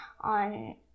on